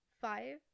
five